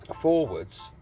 forwards